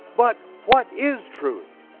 but what is truth?